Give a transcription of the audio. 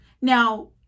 Now